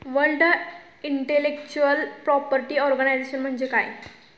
World intellectual property organisation म्हणजे काय?